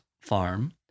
farm